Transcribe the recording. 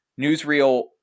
newsreel